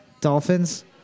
Dolphins